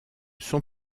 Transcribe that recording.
son